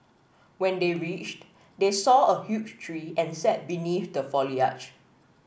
when they reached they saw a huge tree and sat beneath the foliage